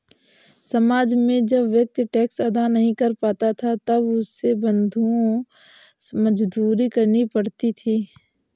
समाज में जब व्यक्ति टैक्स अदा नहीं कर पाता था तब उसे बंधुआ मजदूरी करनी पड़ती थी